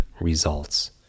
results